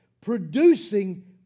producing